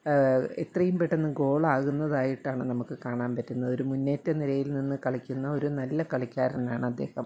എത്രയും പെട്ടെന്ന് ഗോൾ ആകുന്നതായിട്ടാണ് നമുക്ക് കാണാൻ പറ്റുന്നത് ഒരു മുന്നേറ്റം നിരയിൽ നിന്ന് കളിക്കുന്ന ഒരു നല്ല കളിക്കാരനാണ് അദ്ദേഹം